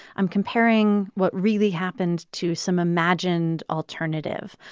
i'm comparing what really happened to some imagined alternative.